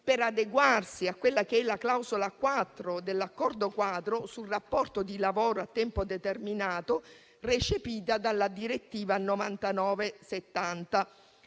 per adeguarsi a quella che è la clausola 4 dell'accordo quadro sul rapporto di lavoro a tempo determinato, recepita dalla direttiva